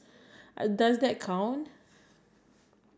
then you put on your mascara to make it what